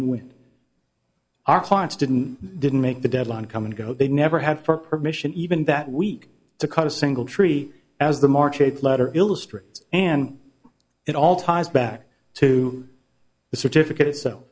when our clients didn't didn't make the deadline come and go they never have for permission even that week to cut a single tree as the march eighth letter illustrates and it all ties back to the certificate so